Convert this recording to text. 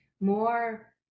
more